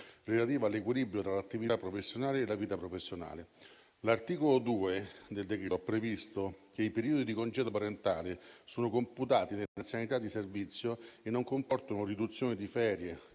relativa all'equilibrio tra attività professionale e vita familiare. L'articolo 2 del decreto ha previsto che «i periodi di congedo parentale sono computati nell'anzianità di servizio e non comportano riduzione di ferie,